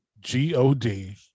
G-O-D